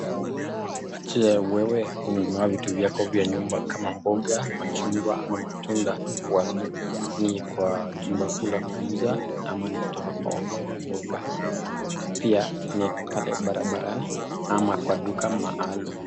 Je, wewe unanunuanga vitu vya nyumba kama mboga, machungwa ama matunda wapi? Ni kwa chumba kuu la kuuza ama ni kutoka kwa mama mboga, pia ni Barabarani ama kwa duka maalum.